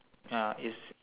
ya is